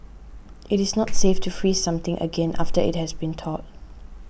it is not safe to freeze something again after it has been thawed